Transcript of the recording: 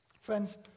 Friends